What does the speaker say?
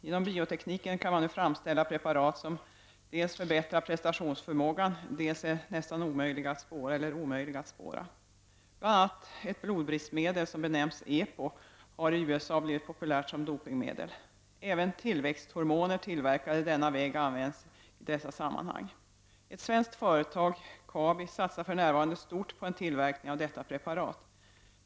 Genom biotekniken kan man nu framställa preparat som dels förbättrar prestationsförmågan, dels är omöjliga att spåra. Bl.a. ett blodbristmedel som benämns ”epo” har i USA blivit populärt som dopingmedel. Även tillväxthor moner tillverkade denna väg används i dessa sammanhang. Ett svenskt företag, KABI, satsar för närvarande stort på en tillverkning av detta preparat.